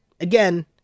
again